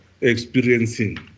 experiencing